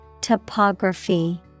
Topography